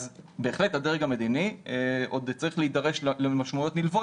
בהחלט הדרג המדיני צריך להידרש למשמעויות נלוות